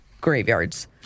graveyards